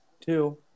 Two